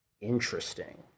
interesting